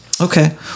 Okay